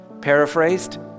Paraphrased